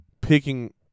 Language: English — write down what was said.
picking